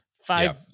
five